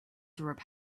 through